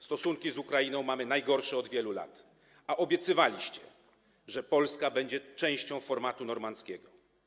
Stosunki z Ukrainą mamy najgorsze od wielu lat, a obiecywaliście, że Polska będzie częścią formatu normandzkiego.